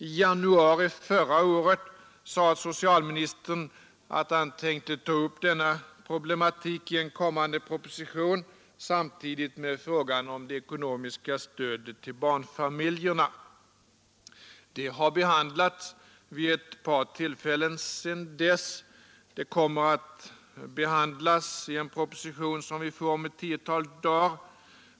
I januari förra året sade socialministern att han tänkte ta upp denna problematik i en kommande proposition samtidigt med att han tog upp frågan om det ekonomiska stödet till barnfamiljerna. Detta har behandlats vid ett par tillfällen sedan dess och det kommer att behandlas i en proposition som vi får om ett tiotal dagar.